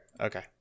okay